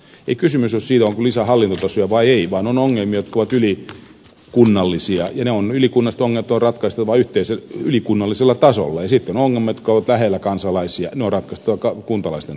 ei kysymys ole siitä onko lisää hallintotasoja vai ei vaan on ongelmia jotka ovat ylikunnallisia ja ylikunnalliset ongelmat on ratkaistava ylikunnallisella tasolla ja sitten on ongelmia jotka ovat lähellä kansalaisia ja ne on ratkaistava kuntalaisten tasolla